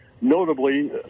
notably